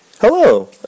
Hello